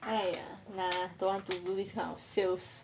!aiya! nah don't want to do this kind of sales